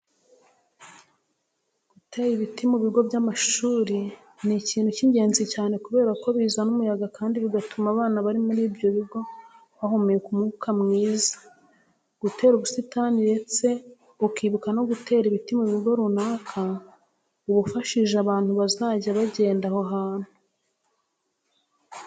Gutera ibiti mu bigo by'amashuri ni ikintu cy'ingezni cyane kubera ko bizana umuyaga kandi bigatuma abantu bari muri ibyo bigo bahumeka umwuka mwiza. Gutera ubusitani ndetse ukibuka no gutera ibiti mu bigo runaka uba ufashije abantu bazajya bagenda aho hantu.